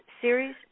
series